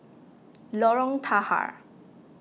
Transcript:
Lorong Tahar